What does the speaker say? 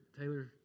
Taylor